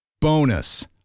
Bonus